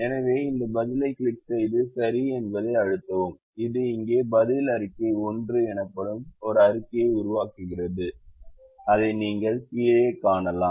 எனவே அந்த பதிலைக் கிளிக் செய்து சரி என்பதை அழுத்தவும் இது இங்கே பதில் அறிக்கை 1 எனப்படும் ஒரு அறிக்கையை உருவாக்குகிறது அதை நீங்கள் கீழே காணலாம்